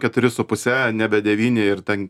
keturi su puse nebe devyni ir ten